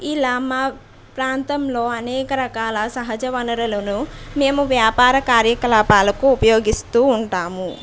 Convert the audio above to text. ఇలా మా ప్రాంతంలో అనేక రకాల సహజ వనరులను మేము వ్యాపార కార్యకలాపాలకు ఉపయోగిస్తూ ఉంటాము